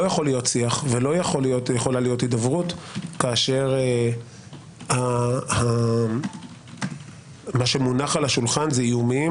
יכול להיות שיח או הידברות כאשר מה שמונח על השולחן זה איומים